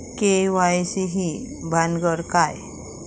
KYC ही भानगड काय?